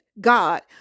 God